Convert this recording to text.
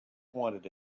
wanted